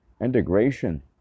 integration